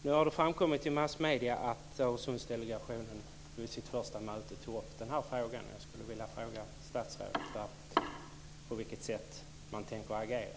Nu har det framkommit i massmedier att Öresundsdelegationen vid sitt första möte tog upp den här frågan, och jag skulle vilja fråga statsrådet på vilket sätt man tänker agera.